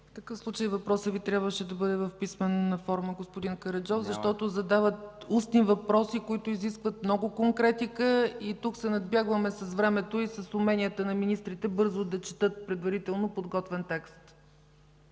въпросът Ви трябваше да бъде в писмена форма, господин Караджов, защото се задават устни въпроси, които изискват много конкретика. И тук се надбягваме с времето и с уменията на министрите бързо да четат предварително подготвен текст.